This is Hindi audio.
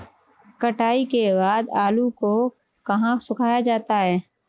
कटाई के बाद आलू को कहाँ सुखाया जाता है?